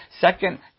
second